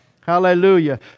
Hallelujah